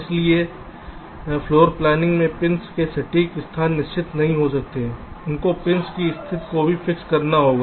इसलिए इसलिए फ्लोरप्लॉनिंग में पिंस के सटीक स्थान निश्चित नहीं हो सकते हैं आपको पिंस की स्थिति को भी फिक्स करना होगा